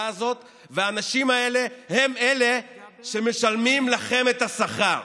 הזאת והאנשים האלה הם שמשלמים לכם את השכר.